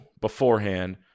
beforehand